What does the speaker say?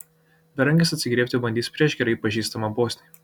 berankis atsigriebti bandys prieš gerai pažįstamą bosnį